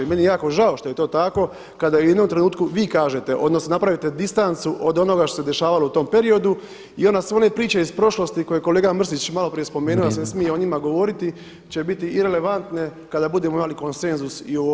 Meni je jako žao što je to tako kada u jednom trenutku vi kažete odnosno napravite distancu od onoga što se dešavalo u tom periodu i onda su one priče iz prošlosti koje je kolega Mrsić [[Upadica Petrov: Vrijeme.]] malo prije spomenuo da se smije o njima govoriti će biti irelevantne kada budemo imali konsenzus i u ovom Domu.